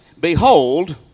Behold